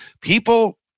people –